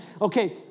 okay